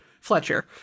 Fletcher